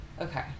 Okay